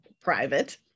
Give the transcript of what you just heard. private